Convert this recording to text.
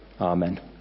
amen